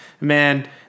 man